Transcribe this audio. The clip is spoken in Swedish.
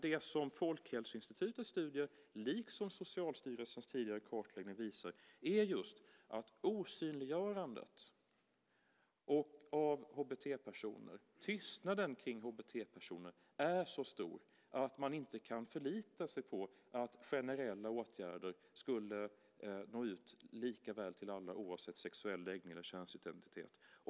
Det som Folkhälsoinstitutets studier liksom Socialstyrelsens tidigare kartläggning visar är just att osynliggörandet av HBT-personer och tystnaden kring HBT-personer är så stor att man inte kan förlita sig på att generella åtgärder når ut lika väl till alla oavsett sexuell läggning och könsidentitet.